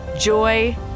joy